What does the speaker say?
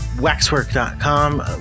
waxwork.com